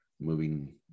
moving